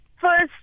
first